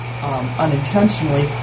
Unintentionally